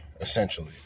essentially